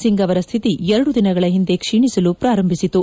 ಸಿಂಗ್ ಅವರ ಶ್ಥಿತಿ ಎರಡು ದಿನಗಳ ಹಿಂದೆ ಕ್ಷೇಣಿಸಲು ಪಾರಂಭಿಸಿತು